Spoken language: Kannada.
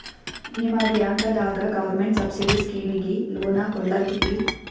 ನಿಮ ಬ್ಯಾಂಕದಾಗ ಗೌರ್ಮೆಂಟ ಸಬ್ಸಿಡಿ ಸ್ಕೀಮಿಗಿ ಲೊನ ಕೊಡ್ಲತ್ತೀರಿ?